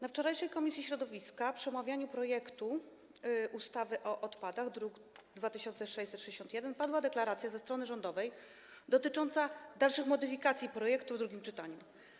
Na wczorajszym posiedzeniu komisji środowiska podczas omawiania projektu ustawy o odpadach, druk nr 2661, padła deklaracja ze strony rządowej dotycząca dalszych modyfikacji projektu w drugim czytaniu.